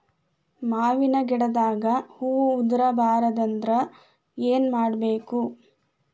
ಮಾವಿನ ಗಿಡದಾಗ ಹೂವು ಉದುರು ಬಾರದಂದ್ರ ಏನು ಮಾಡಬೇಕು?